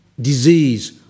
disease